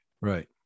Right